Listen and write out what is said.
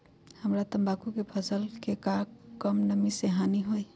हमरा तंबाकू के फसल के का कम नमी से हानि होई?